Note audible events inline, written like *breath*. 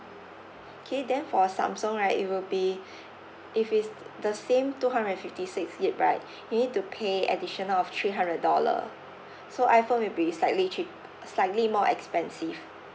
okay then for Samsung right it will be *breath* if is t~ the same two hundred and fifty six gig right you need to pay additional of three hundred dollar so iPhone will be slightly cheap~ slightly more expensive